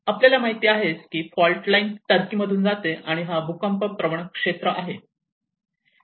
आपल्याला माहिती आहे की फॉल्ट लाइन टर्कीमधून जाते आणि हा भूकंप प्रवण क्षेत्र आहे